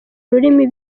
ururimi